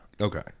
Okay